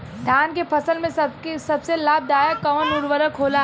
धान के फसल में सबसे लाभ दायक कवन उर्वरक होला?